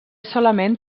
solament